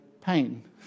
pain